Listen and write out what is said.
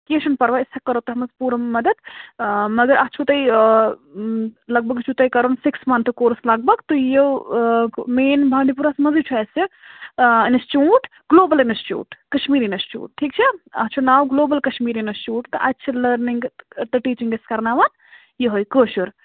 کیٚنٛہہ چھُنہٕ پرواے أسۍ تتھ منٛز پوٗرٕ مدد مگر اتھ چھُو تُہۍ لگ بگ چھُ تُہۍ کَرُن سِکِس منتھٕ کورُس لگ بگ تُہۍ یِیِو مین بانڈی پوٗرایس منٛزٕے چھُ اَسہِ یہِ institute global institute Kashmir institute ٹھیٖک چھا اتھ چھُ ناو گُلوبل کشمیٖر اِنسچوٗٹ تہٕ اتہِ چھِ لٲرنِگ تہٕ ٹیٖچنٛگ أسۍ کرناون یِہٲے کٲشُر